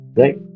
right